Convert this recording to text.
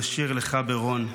נשיר לך ברוך,